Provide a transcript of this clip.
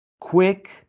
quick